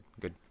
Good